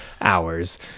hours